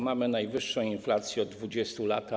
Mamy najwyższą inflację od 20 lat.